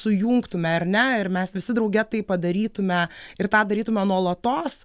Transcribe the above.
sujungtume ar ne ir mes visi drauge tai padarytume ir tą darytume nuolatos